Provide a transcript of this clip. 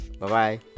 Bye-bye